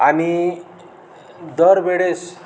आणि दरवेळेस